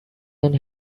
and